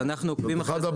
אז אנחנו עוקבים אחרי זה.